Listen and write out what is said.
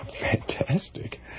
Fantastic